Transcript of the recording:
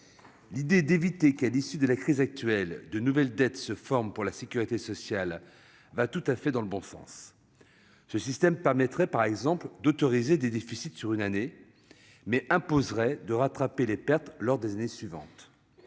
L'idée d'éviter que, à l'issue de la crise actuelle, de nouvelles dettes se forment pour la sécurité sociale va tout à fait dans le bon sens. Le système proposé permettrait par exemple d'autoriser des déficits sur une année, mais imposerait de rattraper les pertes au cours des années suivantes.